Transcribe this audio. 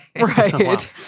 Right